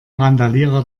randalierer